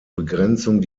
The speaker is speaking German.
begrenzung